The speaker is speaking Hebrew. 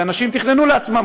ואנשים תכננו לעצמם,